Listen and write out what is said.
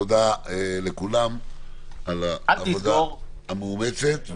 תודה לכולם על העבודה המאומצת.